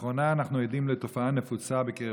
לאחרונה אנחנו עדים לתופעה נפוצה בקרב